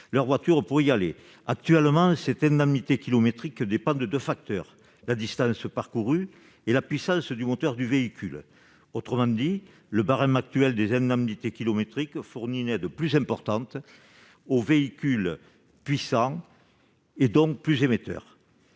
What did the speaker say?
la voiture pour se déplacer. Actuellement, cette indemnité kilométrique dépend de deux facteurs : la distance parcourue et la puissance du moteur du véhicule. Autrement dit, le barème actuel des indemnités kilométriques favorise les véhicules puissants, donc plus émetteurs.